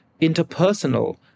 interpersonal